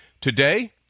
Today